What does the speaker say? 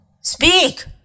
Speak